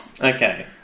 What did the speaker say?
Okay